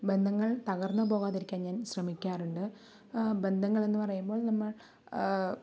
ബന്ധങ്ങൾ തകർന്ന് പോകാതിരിക്കാൻ ഞാൻ ശ്രമിക്കാറുണ്ട് ബന്ധങ്ങൾ എന്നു പറയുമ്പോൾ നമ്മൾ